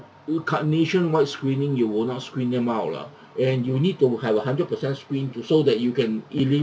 you can't nation-wide screening you will not screen them out lah and you need to have a hundred per cent screen to so that you can